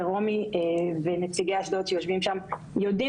ורומי ונציגי אשדוד שיושבים שם יודעים